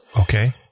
Okay